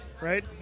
Right